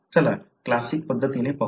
चला क्लासिक पद्धतीने पाहू